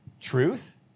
truth